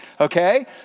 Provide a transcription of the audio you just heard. okay